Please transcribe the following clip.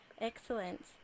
Excellent